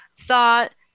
thought